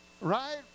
right